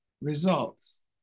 results